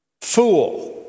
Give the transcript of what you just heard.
fool